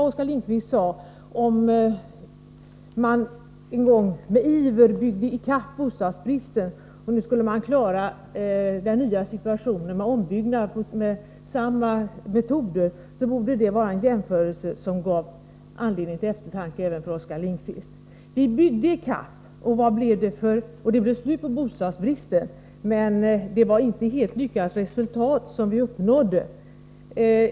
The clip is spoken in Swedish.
Oskar Lindkvist sade att man en gång med iver byggde i kapp bostadsbristen och jämförde detta med hur man nu med samma metoder skulle klara dagens situation genom ombyggnader. Den jämförelsen borde ge anledning tilleftertanke även för Oskar Lindkvist. Vi byggde i kapp, och det blev slut på bostadsbristen, men det resultat vi uppnådde var inte helt lyckat.